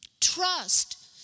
Trust